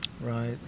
Right